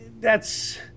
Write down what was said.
That's-